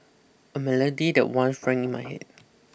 a melody that once rang in my head